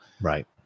Right